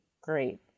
great